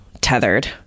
tethered